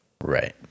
Right